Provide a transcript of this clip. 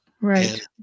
Right